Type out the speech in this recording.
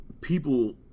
people